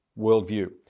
worldview